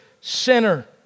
sinner